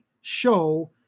show